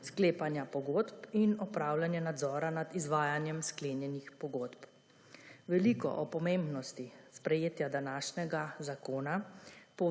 sklepanja pogodb in opravljanja nadzora nad izvajanjem sklenjenih pogodb. Veliko o pomembnosti sprejetja današnjega zakona